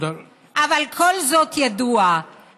כל זאת ידוע,